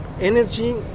Energy